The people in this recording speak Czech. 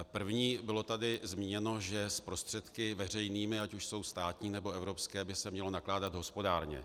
První, bylo tady zmíněno, že s prostředky veřejnými, ať už jsou státní, nebo evropské, by se mělo nakládat hospodárně.